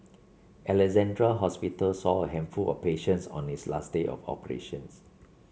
Alexandra Hospital saw a handful of patients on its last day of operations